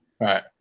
Right